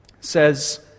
says